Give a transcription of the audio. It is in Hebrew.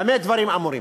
במה דברים אמורים?